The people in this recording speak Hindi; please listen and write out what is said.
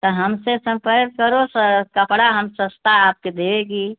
त हमसे कपड़ा हम सस्ता आपके देगी